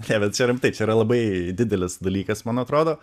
ne bet čia rimtai čia yra labai didelis dalykas man atrodo